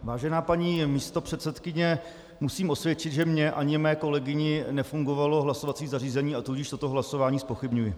Vážená paní místopředsedkyně, musím osvědčit, že mně ani mé kolegyni nefungovalo hlasovací zařízení, a tudíž toto hlasování zpochybňuji.